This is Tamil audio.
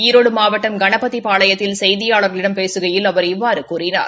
ஈரோடு மாவட்டம் கணபதிபாளையத்தில் செய்தியாளர்களிடம் பேசுகையில் அவர் இவ்வாறு கூறினார்